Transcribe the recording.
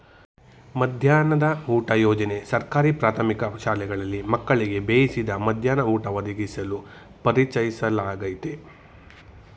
ಮಧ್ಯಾಹ್ನದ ಊಟ ಯೋಜನೆ ಸರ್ಕಾರಿ ಪ್ರಾಥಮಿಕ ಶಾಲೆಗಳಲ್ಲಿ ಮಕ್ಕಳಿಗೆ ಬೇಯಿಸಿದ ಮಧ್ಯಾಹ್ನ ಊಟ ಒದಗಿಸಲು ಪರಿಚಯಿಸ್ಲಾಗಯ್ತೆ